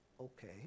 Okay